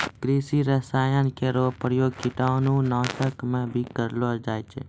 कृषि रसायन केरो प्रयोग कीटाणु नाशक म भी करलो जाय छै